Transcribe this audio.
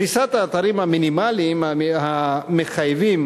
פריסת האתרים המינימליים המחייבים,